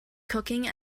cooking